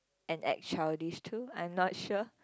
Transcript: and act childish too I'm not sure